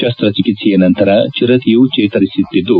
ಶಸ್ತ ಚಿಕಿತ್ಸೆಯ ನಂತರ ಚಿರತೆಯು ಚೇತರಿಸುತ್ತಿದ್ದು